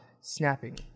Snapping